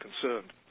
concerned